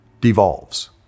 devolves